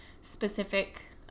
specific